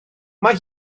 mae